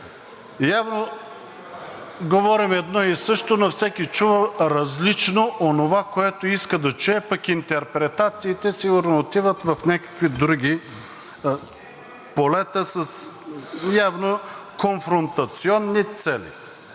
Явно говорим едно и също, но всеки чува различно онова, което иска да чуе, пък интерпретациите сигурно отиват в някакви други полета с явно конфронтационни цели.